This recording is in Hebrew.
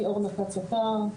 אני אורנה כץ אתר,